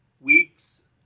weeks